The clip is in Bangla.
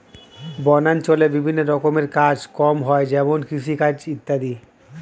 বনাঞ্চলে বিভিন্ন রকমের কাজ কম হয় যেমন কৃষিকাজ ইত্যাদি